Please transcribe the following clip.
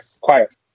quiet